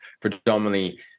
predominantly